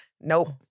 Nope